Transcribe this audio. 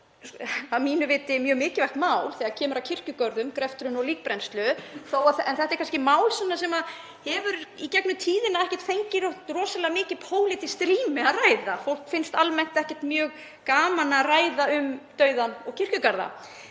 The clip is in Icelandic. að mínu viti mjög mikilvægt mál þegar kemur að kirkjugörðum, greftrun og líkbrennslu. En þetta er kannski mál sem hefur í gegnum tíðina ekki fengið neitt rosalega mikið pólitískt rými til að ræða. Fólk finnst almennt ekkert mjög gaman að ræða um dauðann og kirkjugarða,